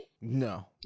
No